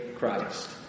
Christ